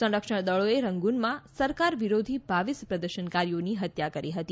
સંરક્ષણ દળોએ રંગૂનમાં સરકાર વિરોધી બાવીસ પ્રદર્શનકારીઓની હત્યા કરી હતી